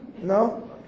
No